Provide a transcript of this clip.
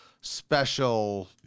special